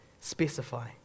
specify